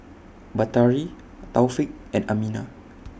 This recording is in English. Batari Taufik and Aminah